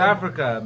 Africa